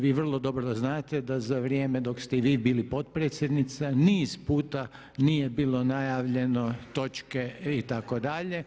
Vi vrlo dobro znate da za vrijeme dok ste i vi bili potpredsjednica niz puta nije bilo najavljeno, točke itd.